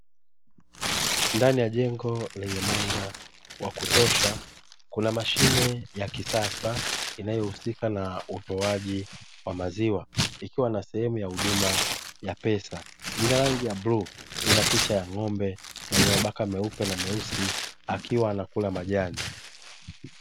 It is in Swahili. Ndani ya jengo lenye mwanga wa kutosha kuna mashine ya kisasa inayohusika na utoaji wa maziwa ikiwa na sehemu ya huduma ya pesa inarangi ya bluu, inapicha ya n'gombe mwenye mabaka meupe na meusi akiwacanakula majani.